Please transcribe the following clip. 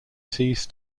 styles